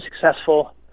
successful